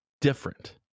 different